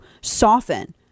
soften